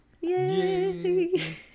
Yay